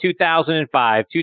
2005